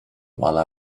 while